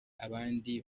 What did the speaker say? abandi